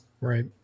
Right